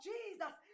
Jesus